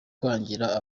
kwangira